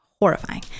horrifying